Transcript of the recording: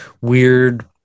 weird